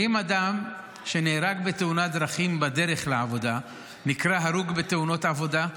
האם אדם שנהרג בתאונת דרכים בדרך לעבודה נקרא הרוג בתאונות עבודה?